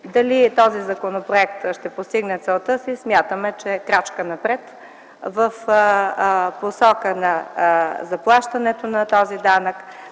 Дали този законопроект ще постигне целта си, смятаме, че е крачка напред в посока на заплащането на този данък,